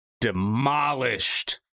demolished